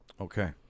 Okay